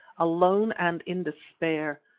alone and in despair.